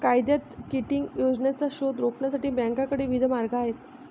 कायद्यात किटिंग योजनांचा शोध रोखण्यासाठी बँकांकडे विविध मार्ग आहेत